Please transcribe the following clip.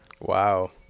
Wow